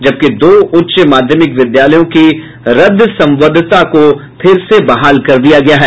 जबकि दो उच्च माध्यमिक विद्यालयों की रद्द संबद्वता को फिर से बहाल कर दिया है